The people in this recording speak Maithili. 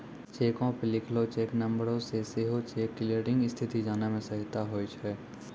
चेको पे लिखलो चेक नंबरो से सेहो चेक क्लियरिंग स्थिति जाने मे सहायता होय छै